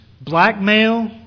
blackmail